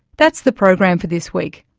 that's the program for this week.